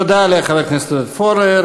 תודה לחבר הכנסת עודד פורר.